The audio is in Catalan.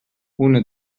una